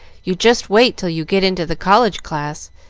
you just wait till you get into the college class,